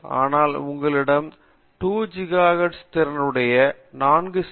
ஆனால் நான் உங்களிடம் 2ghz திறனுடைய 4 சி